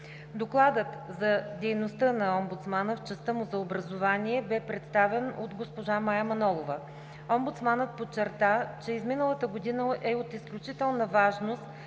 Докладът за дейността на омбудсмана, в частта му за образование, бе представен от госпожа Мая Манолова. Омбудсманът подчерта, че изминалата година е от изключителна важност